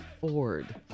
Ford